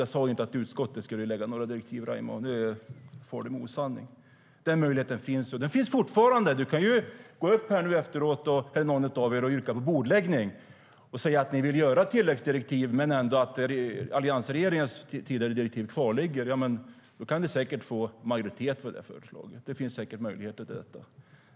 Jag sa inte att utskottet skulle göra några direktiv; där far du med osanning, Raimo Pärssinen.Den möjligheten finns fortfarande. Raimo Pärssinen kan gå upp och yrka på bordläggning och säga att ni vill göra ett tilläggsdirektiv och att alliansregeringens tidigare direktiv kvarligger. Det förslaget kan ni säkert få majoritet för; det finns nog möjlighet till det.